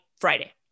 Friday